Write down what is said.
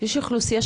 יש אוכלוסייה,